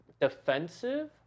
defensive